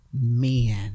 men